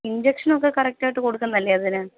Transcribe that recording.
injection ഒക്കെ correct ആയിട്ട് കൊടുക്കുന്നതല്ലേ അതിന്